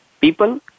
people